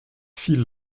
fille